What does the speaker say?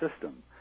system